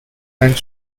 and